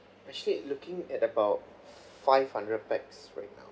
actually looking at about five hundred pax right now